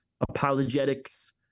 apologetics